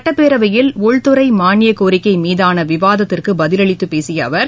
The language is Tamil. சட்டப்பேரவையில் உள்துறை மானியக் கோரிக்கை மீதான விவாதத்திற்கு பதிலளித்துப் பேசிய அவர்